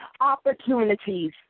opportunities